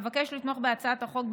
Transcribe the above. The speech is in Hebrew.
אבקש לתמוך בהצעת החוק,